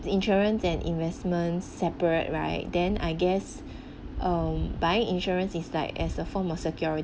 the insurance and investment separate right then I guess um buying insurance is like as a form of security